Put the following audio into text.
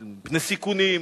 לסיכונים,